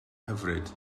hyfryd